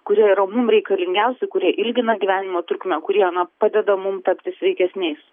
kurie yra mum reikalingiausi kurie ilgina gyvenimo trukmę kurie na padeda mum tapti sveikesniais